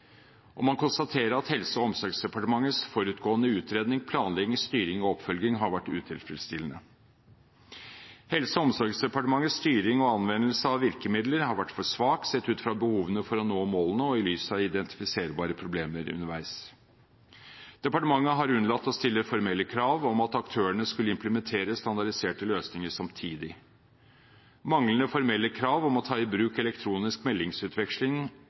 format. Man konstaterer at Helse- og omsorgsdepartementets forutgående utredning, planlegging, styring og oppfølging har vært utilfredsstillende. Helse- og omsorgsdepartementets styring og anvendelse av virkemidler har vært for svak, sett ut fra behovene for å nå målene og i lys av identifiserbare problemer underveis. Departementet har unnlatt å stille formelle krav om at aktørene skulle implementere standardiserte løsninger samtidig. Manglende formelle krav om å ta i bruk elektronisk meldingsutveksling